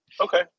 Okay